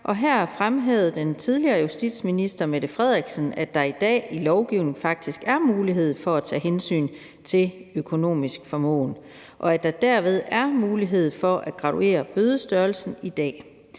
og her fremhævede den tidligere justitsminister Mette Frederiksen, at der i dag i lovgivningen faktisk er mulighed for at tage hensyn til økonomisk formåen, og at der derved er mulighed for at graduere bødestørrelsen i dag.